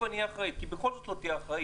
ואני אהיה אחראית כי בכל זאת לא תהיי אחראית.